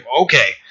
okay